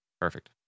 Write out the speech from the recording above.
Perfect